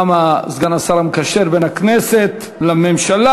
גם סגן השר המקשר בין הכנסת לממשלה.